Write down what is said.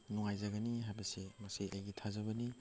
ꯅꯨꯡꯉꯥꯏꯖꯒꯅꯤ ꯍꯥꯏꯕꯁꯦ ꯃꯁꯤ ꯑꯩꯒꯤ ꯊꯥꯖꯖꯕꯅꯤ